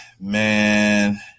man